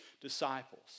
disciples